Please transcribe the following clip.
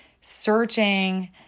searching